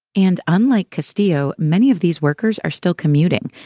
and unlike castillo, many of these workers are still commuting.